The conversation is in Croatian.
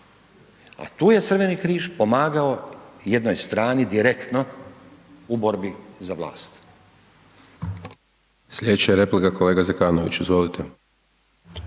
A tu je Crveni križ pomagao jednoj strani direktno u borbi za vlast.